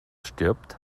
stirbt